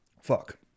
Fuck